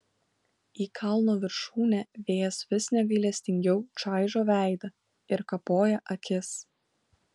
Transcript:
į kalno viršūnę vėjas vis negailestingiau čaižo veidą ir kapoja akis